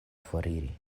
foriri